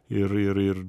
ir ir ir